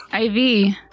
IV